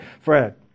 Fred